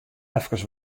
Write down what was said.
efkes